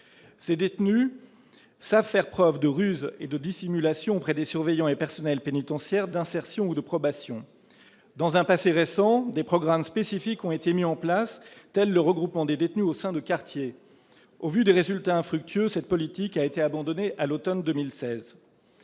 Ces détenus savent faire preuve de ruse et de dissimulation pour tromper les surveillants et les personnels pénitentiaires d'insertion et de probation. Dans un passé récent, des programmes spécifiques ont été mis en place, tel le regroupement de ces détenus au sein de quartiers. Au vu de ses résultats infructueux, cette politique a été abandonnée à l'automne 2016.